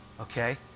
Okay